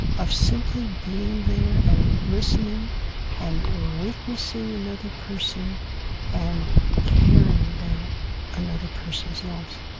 of simply being there and listening and witnessing another person and caring about another person's loss,